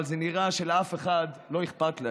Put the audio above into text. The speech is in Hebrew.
אבל נראה שלאף אחד לא אכפת.